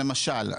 למשל,